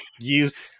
use